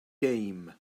game